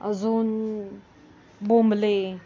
अजून बोंबले